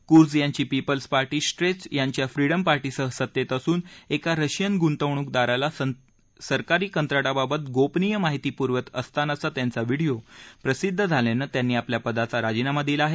क्रुई यांची People's Party स्ट्रेच यांच्या फ्रीडम पार्टीसह सत्तेत असून एका रशियन गुंतवणूकदाराला सरकारी कंत्राटांबाबत गोपनीय माहिती पूरवित असतानाचा त्यांचा व्हिडीओ प्रसिद्ध् झाल्यानं त्यांनी आपल्या पदाचा राजीनामा दिला आहे